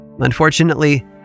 Unfortunately